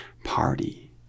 party